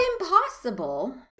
impossible